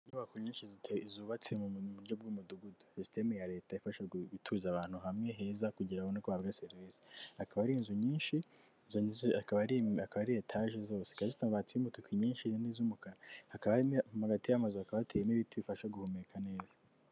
Inyubako nyinshi zubatse mu buryo bw'umudugudu ni sisitemu ya leta ifasha gutuza abantu hamwe heza kugira ngo babone uko babaha serevizi. Hakaba hari inzu nyinshi , iyo nzu zikaba ari etaje zose , zikaba zifite amabati y'umutuku inyinshi ni izo umukara ,hagati y'amazu hakaba hateyemo ibiti bifasha guhumeka neza.